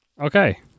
Okay